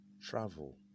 travel